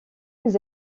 aux